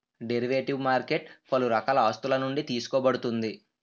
derivative market పలు రకాల ఆస్తులునుండి తీసుకోబడుతుంది